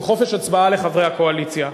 עם חופש הצבעה לחברי הקואליציה.